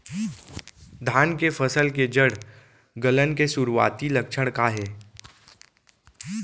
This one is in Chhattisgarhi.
धान के फसल के जड़ गलन के शुरुआती लक्षण का हे?